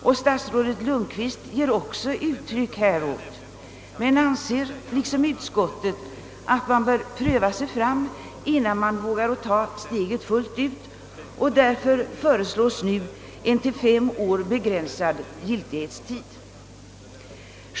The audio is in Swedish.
Även statsrådet Lundkvist ger uttryck för en sådan tveksamhet, men han anser liksom utskottet att man bör pröva sig fram innan man tar steget fullt ut. Lagen föreslås därför få en till fem år begränsad giltighetstid.